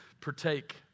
partake